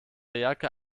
jacke